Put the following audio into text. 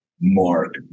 mark